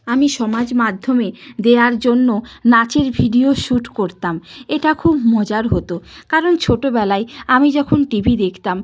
আমি সমাজ মাধ্যমে দেওয়ার জন্য নাচের ভিডিও শ্যুট করতাম এটা খুব মজার হতো কারণ ছোটোবেলায় আমি যখন টিভি দেখতাম